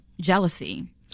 jealousy